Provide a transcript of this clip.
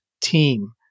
team